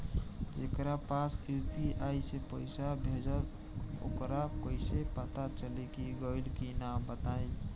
जेकरा पास यू.पी.आई से पईसा भेजब वोकरा कईसे पता चली कि गइल की ना बताई?